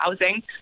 housing